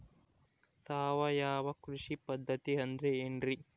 ಸಾವಯವ ಕೃಷಿ ಪದ್ಧತಿ ಅಂದ್ರೆ ಏನ್ರಿ?